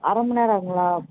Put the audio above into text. அரைமண் நேரம் ஆகுங்களா